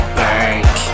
bank